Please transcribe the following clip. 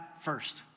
first